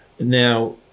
Now